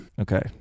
Okay